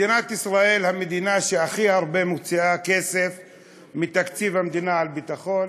מדינת ישראל היא המדינה שמוציאה הכי הרבה כסף מתקציב המדינה על ביטחון,